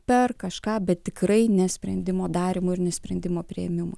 per kažką bet tikrai ne sprendimo darymui ir sprendimo priėmimui